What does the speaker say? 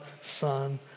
Son